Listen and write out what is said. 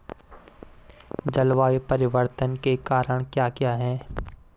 जलवायु परिवर्तन के कारण क्या क्या हैं?